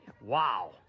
Wow